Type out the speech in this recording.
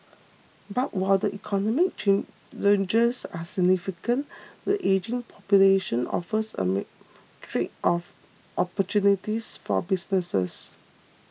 but while the economic challenges are significant the ageing population offers a myriad of opportunities for businesses